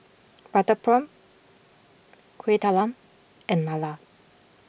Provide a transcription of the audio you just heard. Butter Prawn Kueh Talam and Lala